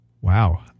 Wow